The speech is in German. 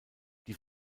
die